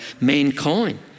mankind